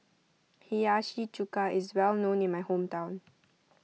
Hiyashi Chuka is well known in my hometown